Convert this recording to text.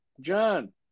John